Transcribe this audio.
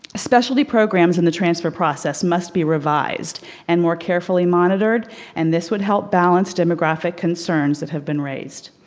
especially programs in the transfer process must be revised and more carefully monitored and this would help balance demographic concerns that have been raised.